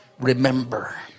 remember